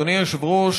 אדוני היושב-ראש,